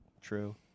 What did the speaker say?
True